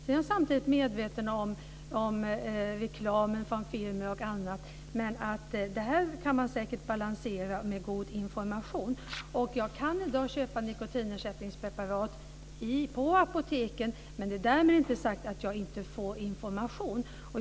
Jag är samtidigt medveten om filmreklamen osv., men den går säkert att balansera med god information. Jag kan i dag köpa nikotinersättningspreparat på apoteken, men därmed inte sagt att jag får information.